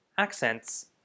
accents